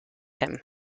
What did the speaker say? him